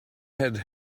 had